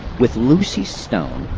with lucy stone,